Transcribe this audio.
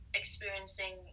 experiencing